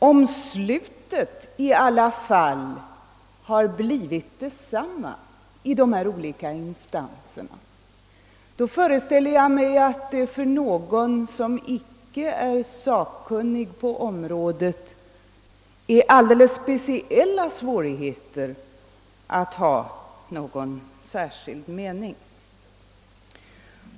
Om slutsatsen i alla fall har blivit densamma i de olika instanserna, föreställer jag mig att det för någon som icke är sakkunnig på området är alldeles speciellt svårt att ha någon avvikande mening.